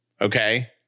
Okay